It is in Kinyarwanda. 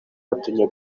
batinya